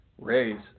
Raise